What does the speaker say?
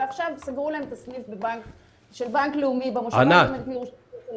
ועכשיו סגרו להם את הסניף של בנק לאומי במושבה הגרמנית בירושלים,